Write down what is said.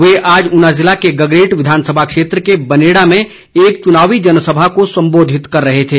वे आज ऊना ज़िले के गगरेट विधानसभा क्षेत्र के बनेड़ा में एक चुनावी जनसभा को संबोधित कर रहे थे